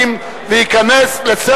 אני כבר אתן לך,